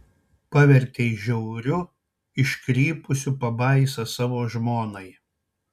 pavertei žiauriu iškrypusiu pabaisa savo žmonai